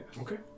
Okay